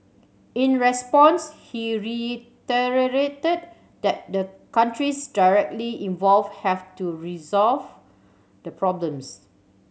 in response he reiterated that the countries directly involved have to resolve the problems